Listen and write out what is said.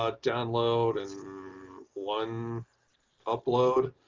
ah download and one upload